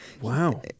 Wow